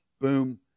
boom